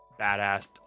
badass